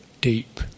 deep